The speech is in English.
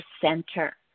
center